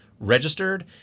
registered